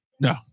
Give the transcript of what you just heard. No